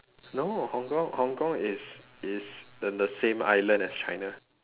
no hong-kong hong-kong is is in the same island as china